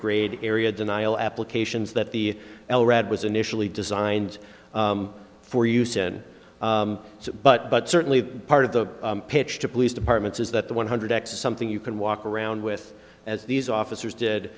grade area denial applications that the l rad was initially designed for use and so but but certainly part of the pitch to police departments is that the one hundred x is something you can walk around with as these officers did